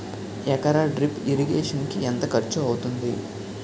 ఎకర drip irrigation కి ఎంత ఖర్చు అవుతుంది?